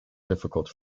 difficult